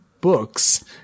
books